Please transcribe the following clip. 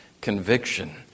conviction